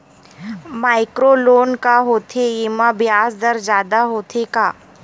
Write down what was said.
Micro loan का होथे येमा ब्याज दर जादा होथे का?